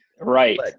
Right